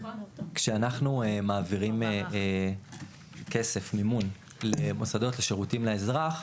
כשאנחנו מעבירים כסף מימון למוסדות לשירותים לאזרח,